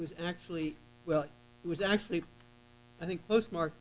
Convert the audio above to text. was actually well it was actually i think look mark